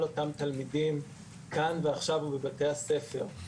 אותם תלמידים כאן ועכשיו בבתי-הספר.